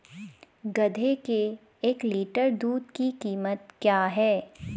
गधे के एक लीटर दूध की कीमत क्या है?